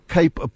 Cape